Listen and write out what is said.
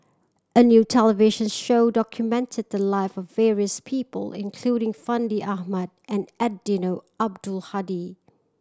a new television show documented the live of various people including Fandi Ahmad and Eddino Abdul Hadi